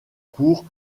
cours